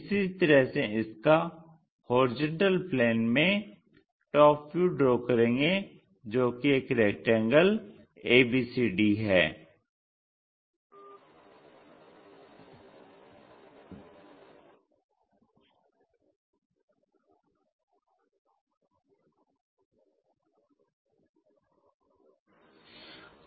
इसी तरह से सका HP में TV ड्रा करेंगे जो कि एक रेक्टेंगल abcd है